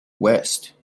west